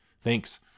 Thanks